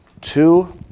two